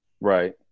right